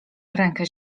rękę